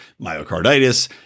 myocarditis